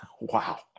Wow